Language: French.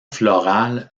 floral